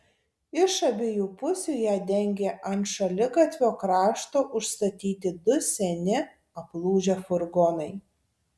iš abiejų pusių ją dengė ant šaligatvio krašto užstatyti du seni aplūžę furgonai